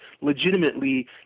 legitimately